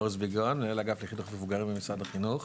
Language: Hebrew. מעוז ביגון מנהל אגף ליחידות מבוגרים במשרד החינוך.